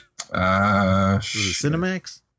Cinemax